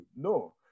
No